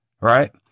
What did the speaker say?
Right